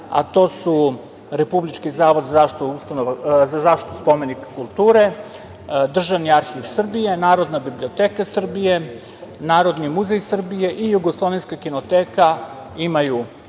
a to su Republički zavod za zaštitu spomenika kulture, državni Arhiv Srbije, Narodna biblioteka Srbije, Narodni muzej Srbije i Jugoslovenska kinoteka, imaju